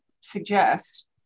suggest